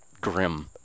Grim